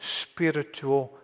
spiritual